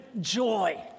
joy